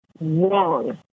wrong